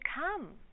come